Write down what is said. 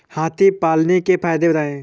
हाथी पालने के फायदे बताए?